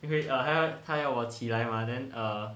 因为他 err 他要我起来 mah then err